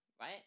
right